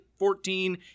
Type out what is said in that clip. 14